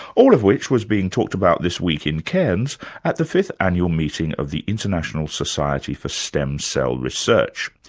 all of which was being talked about this week in cairns at the fifth annual meeting of the international society for stem cell research.